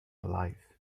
alive